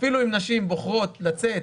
אפילו אם נשים בוחרות לצאת,